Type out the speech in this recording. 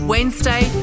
Wednesday